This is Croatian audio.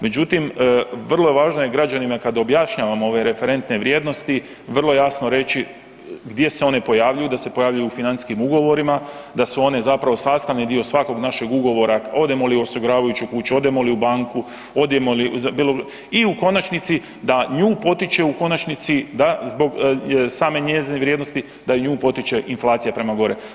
Međutim, vrlo važno je građanima, kad objašnjavamo ove referente vrijednosti, vrlo jasno reći gdje se one pojavljuju, da se pojavljuju u financijskim ugovorima, da su one zapravo sastavni dio svakog našeg ugovora, odemo li u osiguravajuću kuću, odemo li u banku, odemo li, za bilo, i u konačnici da nju potiče u konačnici da zbog same njezine vrijednosti, da i nju potiče inflacija prema gore.